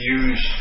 use